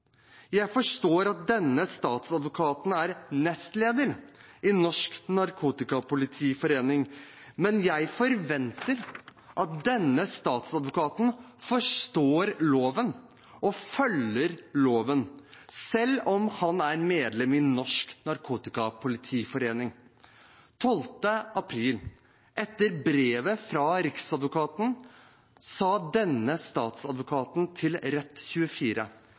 Jeg forstår at denne statsadvokaten er nestleder i Norsk Narkotikapolitiforening, men jeg forventer at denne statsadvokaten forstår loven og følger loven selv om han er medlem i Norsk Narkotikapolitiforening. Den 12. april, etter brevet fra Riksadvokaten, sa denne statsadvokaten til